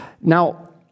Now